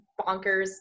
bonkers